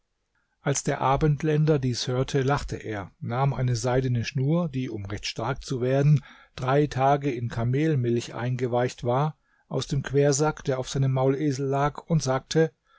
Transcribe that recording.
als der abendländer dies hörte lachte er nahm eine seidene schnur die um recht stark zu werden drei tage in kamelmilch eingeweicht war aus dem quersack der auf seinem maulesel lag und sagte